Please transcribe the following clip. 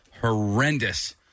horrendous